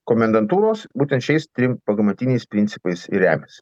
komendantūros būtent šiais trim pamatiniais principais ir remiasi